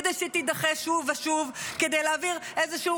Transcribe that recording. כדי שתידחה שוב ושוב כדי להעביר איזשהו